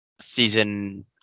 season